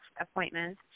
appointment